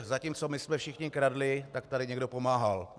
Zatímco my jsme všichni kradli, tak tady někdo pomáhal.